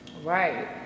right